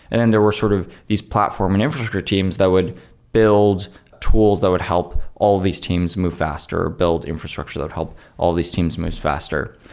and there were sort of these platform and infrastructure teams that would build tools, that would help all these teams move faster, or build infrastructure that would help all these teams move faster.